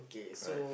right